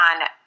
on